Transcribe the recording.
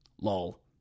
Lol